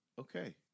Okay